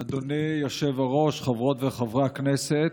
אדוני היושב-ראש, חברות וחברי הכנסת,